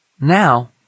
Now